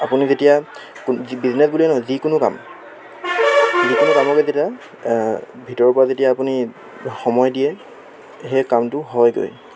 আপুনি যেতিয়া যি বিজনেছ বুলিয়ে নহয় যিকোনো কাম যিকোনো কামকে যেতিয়া ভিতৰৰ পৰা যেতিয়া আপুনি সময় দিয়ে সেই কামটো হয়গৈ